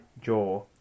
Jaw